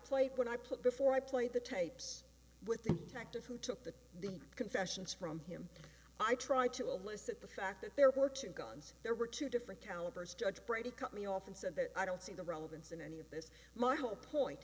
play when i put before i play the tapes with the actor who took the the confessions from him i tried to elicit the fact that there were two guns there were two different calibers judge brady cut me off and said that i don't see the relevance in any of this my whole point